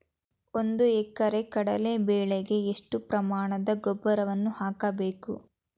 ಒಂದು ಎಕರೆ ಕಡಲೆ ಬೆಳೆಗೆ ಎಷ್ಟು ಪ್ರಮಾಣದ ಗೊಬ್ಬರವನ್ನು ಹಾಕಬೇಕು?